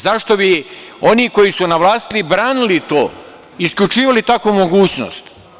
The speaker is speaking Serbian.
Zašto bi oni koji su na vlasti branili to, isključivali tako mogućnost.